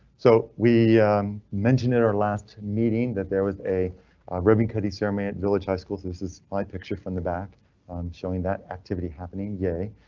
so we mentioned in our last meeting that there was a ribbon cutting ceremony at village high school. this is my picture from the back showing that activity happening. yay,